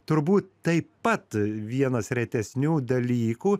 turbūt taip pat vienas retesnių dalykų